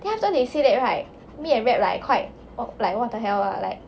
then after that they say that right me and rab like quite like what the hell like